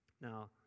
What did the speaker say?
Now